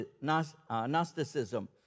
Gnosticism